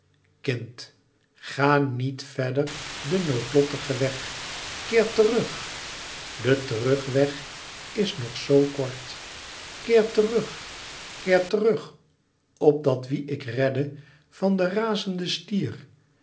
kind ga niet verder den noodlottigen weg keer terug de terugweg is nog zoo kort keer terug keer terug opdat wie ik redde van den razenden stier